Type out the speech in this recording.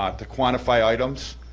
ah to quantify items,